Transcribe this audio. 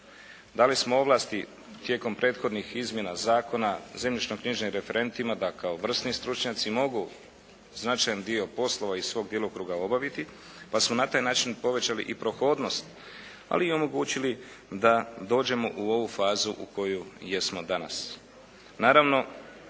Dali smo ovlasti tijekom prethodnih izmjena zakona zemljišno knjižnim referentima da kao vrsni stručnjaci mogu značajan dio poslova iz svog djelokruga obaviti, pa smo na taj način povećali i prohodnost ali i omogućili da dođemo u ovu fazu u kojoj jesmo danas.